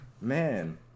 Man